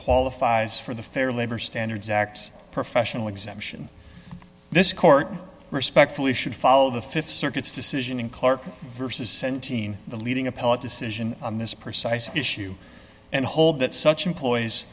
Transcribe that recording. qualifies for the fair labor standards act professional exemption this court respectfully should follow the th circuits decision in clerk versus seventeen the leading appellate decision on this precise issue and hold that such employees